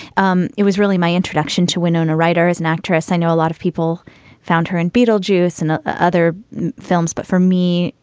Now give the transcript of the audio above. um it was really my introduction to winona ryder as an actress. i know a lot of people found her in beetlejuice and ah other films, but for me,